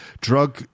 drug